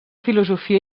filosofia